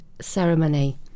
ceremony